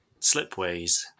Slipways